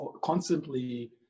constantly